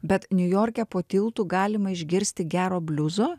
bet niujorke po tiltu galima išgirsti gero bliuzo